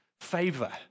favor